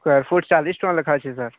sir ଚାଳିଶ ଟଙ୍କା ଲେଖା ଅଛି ସାର୍